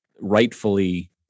rightfully